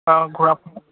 অঁ ঘূৰা